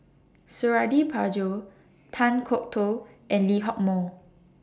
Suradi Parjo Kan Kwok Toh and Lee Hock Moh